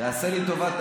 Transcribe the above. מי פה רכז הסיעה,